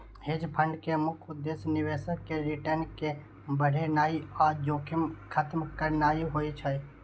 hedge fund के मुख्य उद्देश्य निवेशक केर रिटर्न कें बढ़ेनाइ आ जोखिम खत्म करनाइ होइ छै